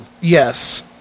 Yes